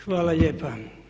Hvala lijepa.